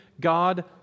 God